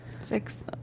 six